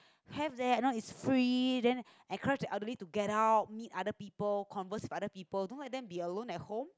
have there you know it's free then encourage the elderly to get out meet other people converse with other people don't let them be alone at home